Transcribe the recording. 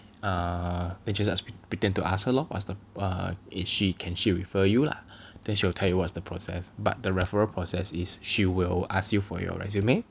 err then just pretend to ask her lor what's the err is she can she refer you lah then she will tell you what's the process but the referral process is she will ask you for your resume